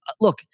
look